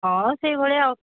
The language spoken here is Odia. ହଁ ସେଇଭଳିଆ ଆଉ ସବୁ